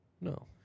No